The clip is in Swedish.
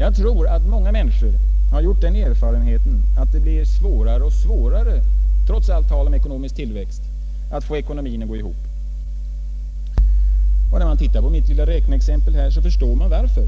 Jag tror att många människor har gjort den erfarenheten att det blir svårare och svårare, trots allt tal om ekonomisk tillväxt, att få ekonomin att gå ihop. När man ser på mitt lilla räkneexempel förstår man varför.